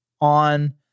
on